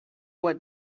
what